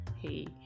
hey